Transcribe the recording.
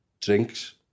drinks